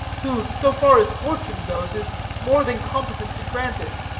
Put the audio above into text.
who, so far as fortune goes, is more than competent to grant it.